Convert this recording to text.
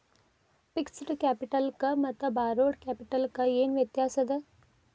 Fixed ಕ್ಯಾಪಿಟಲಕ್ಕ ಮತ್ತ ಬಾರೋಡ್ ಕ್ಯಾಪಿಟಲಕ್ಕ ಏನ್ ವ್ಯತ್ಯಾಸದ?